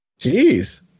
Jeez